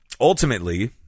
Ultimately